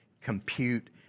compute